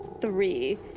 three